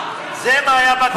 זה מה שהיה בקריאה הראשונה.